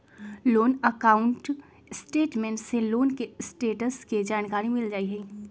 loan account statement से loan के status के जानकारी मिल जाइ हइ